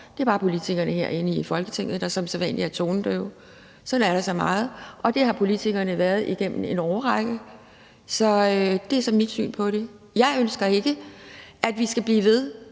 Det er bare politikerne herinde i Folketinget, der som sædvanlig er tonedøve – sådan er der så meget – og det har politikerne været igennem en årrække. Så det er mit syn på det. Jeg synes ikke, at vi skal blive ved